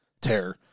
tear